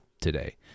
today